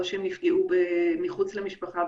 או שהם נפגעו מחוץ למשפחה,